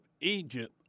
Egypt